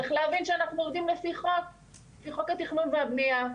צריך להבין שאנחנו עובדים לפי חוק התכנון והבנייה.